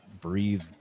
breathe